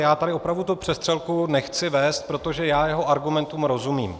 Já tady opravdu tu přestřelku nechci vést, protože jeho argumentům rozumím.